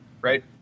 right